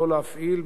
באיזו שעה,